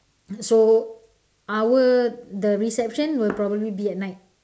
so our the reception will probably be at night